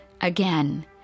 Again